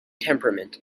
temperament